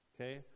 Okay